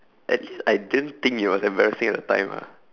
actually I didn't think it was embarrassing at the time lah